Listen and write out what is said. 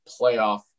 playoff